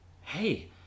Hey